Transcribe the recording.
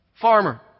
farmer